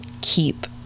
keep